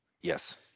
Yes